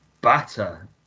batter